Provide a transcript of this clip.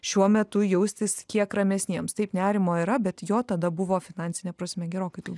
šiuo metu jaustis kiek ramesniems taip nerimo yra bet jo tada buvo finansine prasme gerokai daugiau